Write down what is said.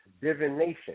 divination